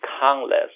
countless